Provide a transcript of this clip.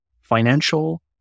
financial